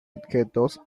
objetos